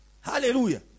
hallelujah